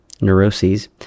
neuroses